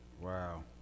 Wow